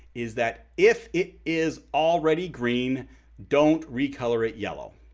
is that if it is already green don't recolor it yellow.